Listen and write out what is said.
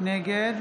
נגד